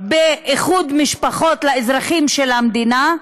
באיחוד משפחות לאזרחים של המדינה?